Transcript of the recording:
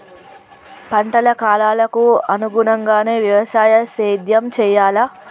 పంటల కాలాలకు అనుగుణంగానే వ్యవసాయ సేద్యం చెయ్యాలా?